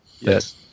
Yes